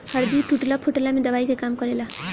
हरदी टूटला फुटला में दवाई के काम करेला